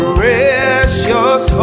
Precious